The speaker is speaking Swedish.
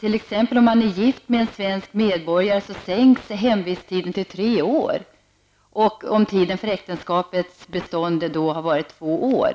Är man t.ex. gift med en svensk medborgare så sänks hemvisttiden till tre år om äktenskapet har varat i två år.